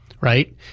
right